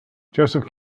joseph